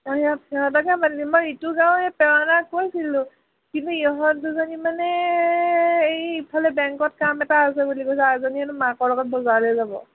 অঁ সিহঁত সিহঁতকে মাতি দিম মই ঋতুক আৰু এই প্ৰেৰণাক কৈছিলোঁ কিন্তু ইহঁত দুজনী মানে এই হেৰি ইফালে বেংকত কাম এটা আছে বুলি কৈছে আৰু এজনী হেনো মাকৰ লগত বজাৰলৈ যাব